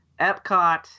Epcot